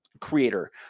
creator